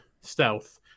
stealth